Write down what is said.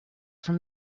from